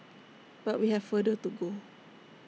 but we have further to go